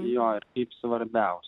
jo ir kaip svarbiausios